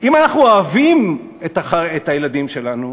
אנחנו אוהבים את הילדים שלנו,